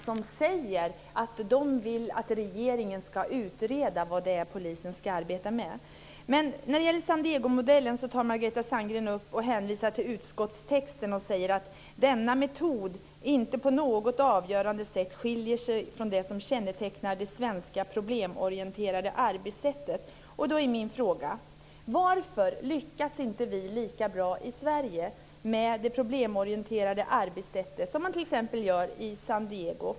Fru talman! I rapporterna anförs att regeringen bör utreda vad polisen ska arbeta med. När det gäller San Diego-modellen hänvisar Margareta Sandgren till utskottstexten, där det heter att denna metod inte på något avgörande sätt skiljer sig från det som kännetecknar det svenska problemorienterade arbetssättet. Min fråga är då: Varför lyckas inte vi lika bra i Sverige med det problemorienterade arbetssättet som man t.ex. gör i San Diego?